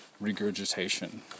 regurgitation